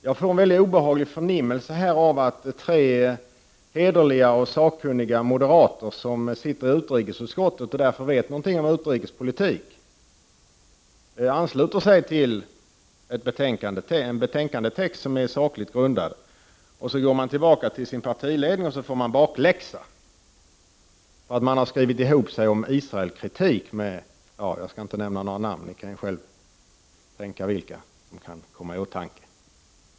Jag frågar allihop: Har ni en förnimmelse av att tre hederliga och sakkunniga moderater, som sitter i utrikesutskottet och därför vet någonting om utrikespolitik, ansluter sig till en betänkandetext som är sakligt grundad, och sedan går tillbaka till sin partiledning och får bakläxa för att man har skrivit ihop sig med — jag skall inte nämna några namn, ni kan själva tänka ut vilka som kan komma i åtanke?